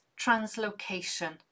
translocation